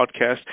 podcast